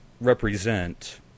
represent